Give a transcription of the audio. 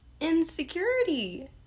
insecurity